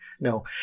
No